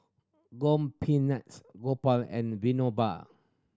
Gopinath Gopal and Vinoba